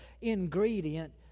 ingredient